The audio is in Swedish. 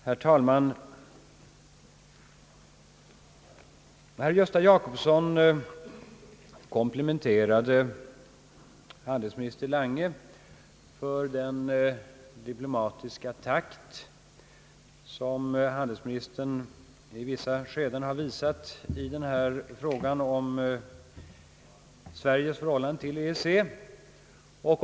Herr talman! Herr Gösta Jacobsson komplimenterade handelsminister Lange för den diplomatiska takt som handelsministern i vissa skeden har visat i frågan om Sveriges förhållanden till EEC.